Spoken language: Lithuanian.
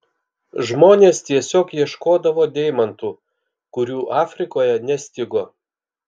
žmonės tiesiog ieškodavo deimantų kurių afrikoje nestigo